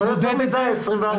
אבל זה הרבה יותר מדי, 24 שעות.